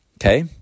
Okay